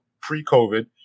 pre-COVID